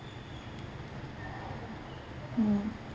mm